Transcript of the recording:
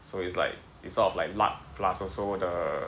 so it's like it's sort of like luck plus also the